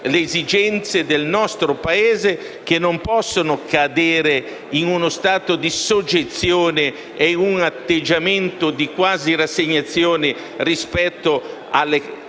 le esigenze del nostro Paese, che non possono cadere in uno stato di soggezione e in un atteggiamento di quasi rassegnazione rispetto alle